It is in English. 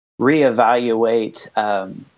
reevaluate